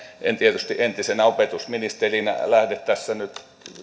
en tietysti entisenä opetusministerinä lähde tässä nyt